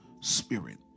spirit